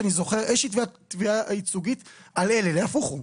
ואני לא חושב שאני זוכר איזושהי תביעה ייצוגית על אלה אלא הפוך.